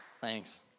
Thanks